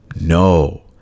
no